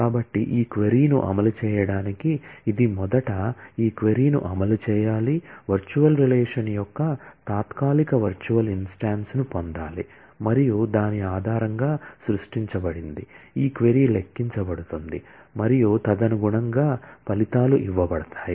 కాబట్టి ఈ క్వరీ ను అమలు చేయడానికి ఇది మొదట ఈ క్వరీ ను అమలు చేయాలి వర్చువల్ రిలేషన్ యొక్క తాత్కాలిక వర్చువల్ ఇన్స్టాన్స్ ను పొందాలి మరియు దాని ఆధారంగా సృష్టించబడింది ఈ క్వరీ లెక్కించబడుతుంది మరియు తదనుగుణంగా ఫలితాలు ఇవ్వబడతాయి